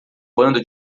bando